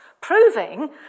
proving